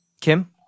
Kim